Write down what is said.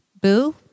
Boo